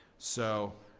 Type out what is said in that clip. so